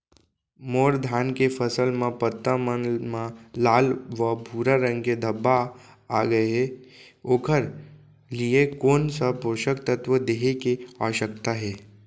मोर धान के फसल म पत्ता मन म लाल व भूरा रंग के धब्बा आप गए हे ओखर लिए कोन स पोसक तत्व देहे के आवश्यकता हे?